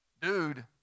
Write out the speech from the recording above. dude